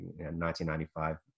1995